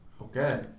Okay